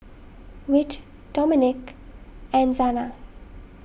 Whit Domenick and Zana